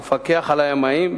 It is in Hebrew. המפקח על הימאים,